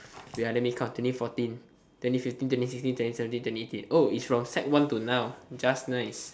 ya let me continue fourteen twenty fifteen twenty sixteen twenty seventeen twenty eighteen it's from sec one till now just nice